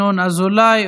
ינון אזולאי,